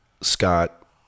Scott